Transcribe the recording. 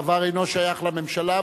הדבר אינו שייך לממשלה,